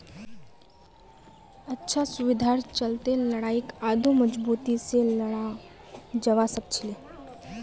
अच्छा सुविधार चलते लड़ाईक आढ़ौ मजबूती से लड़ाल जवा सखछिले